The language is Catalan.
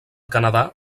canadà